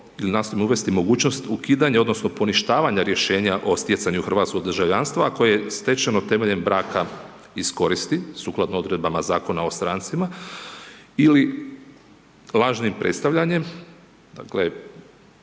i nastojimo uvesti mogućnost ukidanja odnosno poništavanja rješenja o stjecanju hrvatskog državljanstva, a koje je stečeno temeljem braka iz koristi, sukladno odredbama Zakona o strancima ili lažnim predstavljanjem dakle